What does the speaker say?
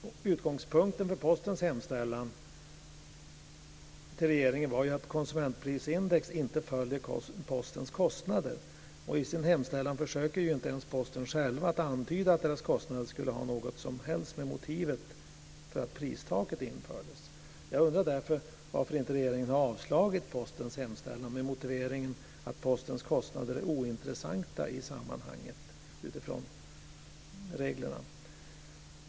En utgångspunkt för Postens hemställan till regeringen var ju att konsumentprisindex inte följer Postens kostnader. I sin hemställan försöker inte ens Posten själv antyda att deras kostnader skulle ha något som helst att göra med motivet för att pristaket infördes. Jag undrar därför varför inte regeringen har avslagit Postens hemställan med motiveringen att Postens kostnader utifrån reglerna är ointressanta i sammanhanget.